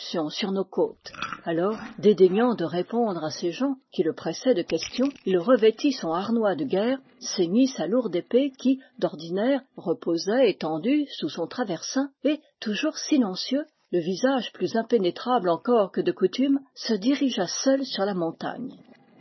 sur nos côtes alors dédaignant de répondre à ses gens qui le pressaient de questions il revêtit son harnois de guerre ceignit sa lourde épée qui d'ordinaire reposait étendue sous son traversin et toujours silencieux le visage plus impénétrable encore que de coutume se dirigea seul sur la montagne